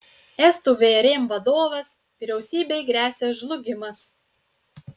estų vrm vadovas vyriausybei gresia žlugimas